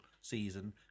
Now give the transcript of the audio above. season